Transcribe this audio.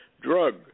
drug